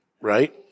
Right